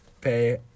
Pay